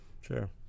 Sure